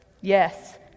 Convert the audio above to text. yes